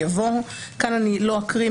יבוא: כאן אני לא אקריא,